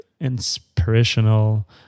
inspirational